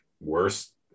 worst